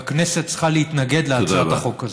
והכנסת צריכה להתנגד להצעת החוק הזאת.